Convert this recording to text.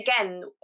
again